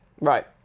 Right